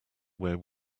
where